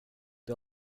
det